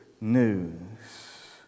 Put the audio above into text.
news